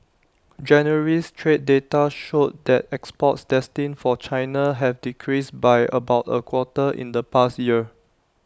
January's trade data showed that exports destined for China have decreased by about A quarter in the past year